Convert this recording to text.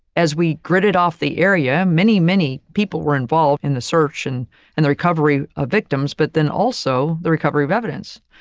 as we gridded off the area, many, many people were involved in the search and and the recovery of victims, but then also the recovery of evidence.